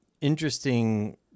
interesting